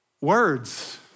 words